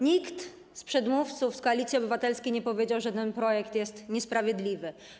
Nikt z przedmówców z Koalicji Obywatelskiej nie powiedział, że ten projekt jest niesprawiedliwy.